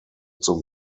zum